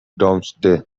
doomsday